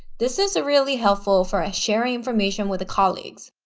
this is really helpful for ah sharing information with colleagues.